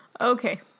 Okay